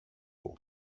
του